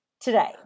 today